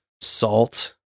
Salt